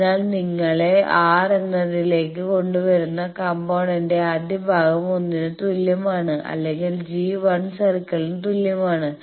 അതിനാൽ നിങ്ങളെ r എന്നതിലേക്ക് കൊണ്ടുവരുന്ന കമ്പോണേന്റിലെ ആദ്യ ഭാഗം 1 ന് തുല്യമാണ് അല്ലെങ്കിൽ g 1 സർക്കിളിന് തുല്യമാണ്